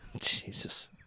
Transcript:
jesus